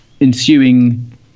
ensuing